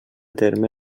terme